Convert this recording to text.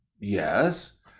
yes